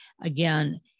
again